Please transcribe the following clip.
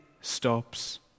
stops